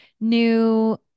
new